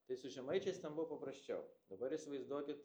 tai su žemaičiais ten buvo paprasčiau dabar įsivaizduokit